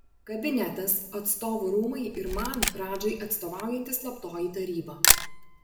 kabinetas atstovų rūmai ir man radžai atstovaujanti slaptoji taryba